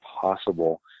possible